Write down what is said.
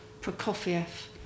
Prokofiev